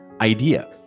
idea